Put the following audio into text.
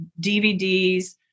DVDs